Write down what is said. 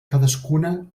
cadascuna